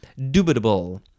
Dubitable